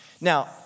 Now